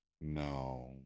No